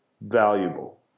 valuable